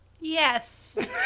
yes